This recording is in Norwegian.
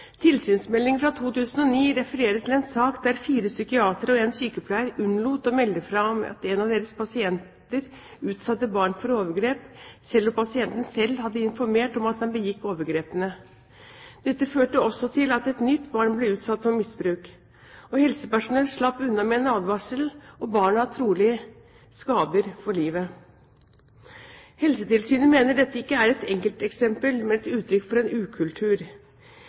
Tilsynsmeldingen fra 2009 refererer til en sak der fire psykiatere og én sykepleier unnlot å melde fra om at én av deres pasienter utsatte barn for overgrep, selv om pasienten selv hadde informert om at han begikk overgrepene. Dette førte også til at et nytt barn ble utsatt for misbruk. Helsepersonellet slapp unna med en advarsel og barna trolig med skader for livet. Helsetilsynet mener dette ikke er et enkelteksempel, men et uttrykk for en ukultur.